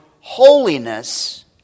holiness